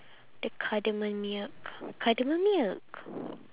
the cardamom milk cardamom milk